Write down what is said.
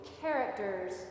characters